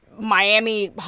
Miami